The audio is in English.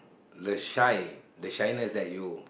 the shy the shyness that you